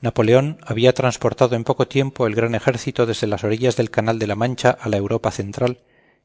napoleón había transportado en poco tiempo el gran ejército desde las orillas del canal de la mancha a la europa central